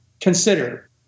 Consider